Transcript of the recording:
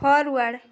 forward